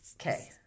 Okay